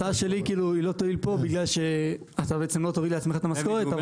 ההצעה שלי לא תועיל פה בגלל שאתה לא תוריד לעצמך את המשכורת,